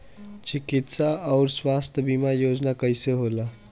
चिकित्सा आऊर स्वास्थ्य बीमा योजना कैसे होला?